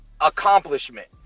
accomplishment